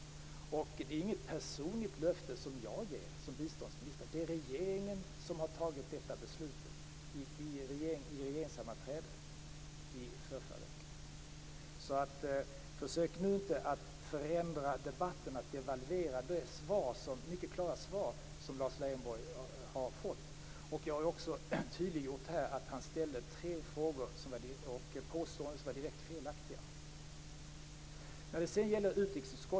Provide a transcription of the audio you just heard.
Det är inget personligt löfte som jag ger som biståndsminister. Det var regeringen som tog detta beslut vid regeringssammanträdet i förrförra veckan. Försök nu inte att förändra debatten, Lars Leijonborg, och devalvera det mycket klara svar som har kommit. Jag har också här tydliggjort att Lars Leijonborg gjorde tre påståenden som var direkt felaktiga.